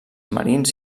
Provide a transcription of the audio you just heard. marins